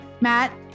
Matt